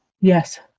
Yes